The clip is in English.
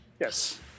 yes